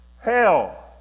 Hell